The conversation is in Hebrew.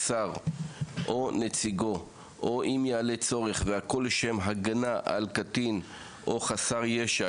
שר או נציגו או אם יעלה צורך והכול לשם הגנה על קטין או חסר ישע,